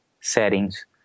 settings